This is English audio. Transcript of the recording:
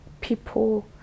people